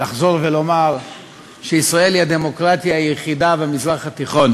לחזור ולומר שישראל היא הדמוקרטיה היחידה במזרח התיכון.